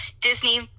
Disney